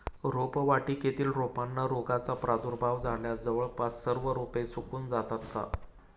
रोपवाटिकेतील रोपांना रोगाचा प्रादुर्भाव झाल्यास जवळपास सर्व रोपे सुकून जातात का?